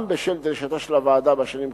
גם בשל דרישתה של הוועדה בשנים קודמות.